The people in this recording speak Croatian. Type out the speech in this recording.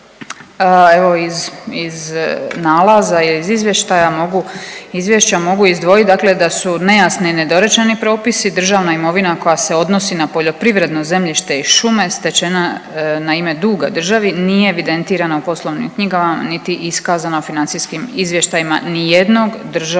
evo iz nalaza ili iz izvještaja mogu, izvješća mogu izdvojiti, dakle da su nejasni i nedorečeni propisi, država imovina koja se odnosi na poljoprivredno zemljište i šume stečena na ime duga državi nije evidentirana u poslovnim knjigama niti iskazana financijskim izvještajima ni jednog državnog